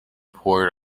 port